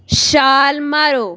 ਛਾਲ ਮਾਰੋ